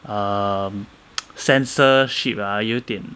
um censorship ah 有点